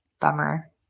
Bummer